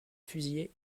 fusiller